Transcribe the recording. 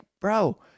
bro